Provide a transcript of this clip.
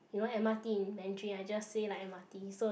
you know m_r_t in Mandarin I just say like m_r_t so it's